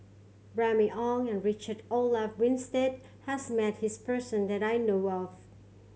Remy Ong and Richard Olaf Winstedt has met his person that I know of